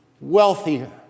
wealthier